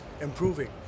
improving